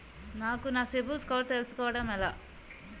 నాకు నా CIBIL score తెలుసుకోవడం ఎలా?